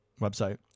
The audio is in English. website